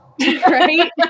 Right